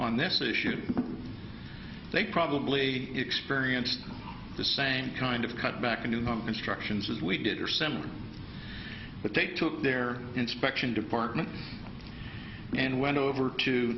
on this issue they probably experienced the same kind of cut back in new instructions as we did or similar but they took their inspection department and went over to